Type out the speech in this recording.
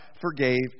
forgave